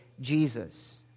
Jesus